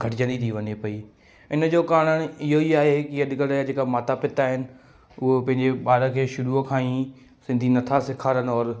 घटिजंदी थी वञे पई इन जो कारण इहो ई आहे कि अॼु कल्ह जा जेका माता पिता आहिनि उहे पंहिंजे ॿार खे शुरूअ खां ई सिंधी नथा सेखारीनि और